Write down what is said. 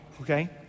okay